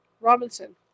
Robinson